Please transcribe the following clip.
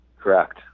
correct